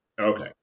okay